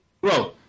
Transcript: bro